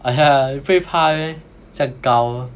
你不会怕 meh 这样高